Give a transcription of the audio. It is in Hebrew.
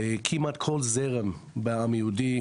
כמעט כל זרם בעם היהודי,